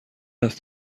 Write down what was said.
است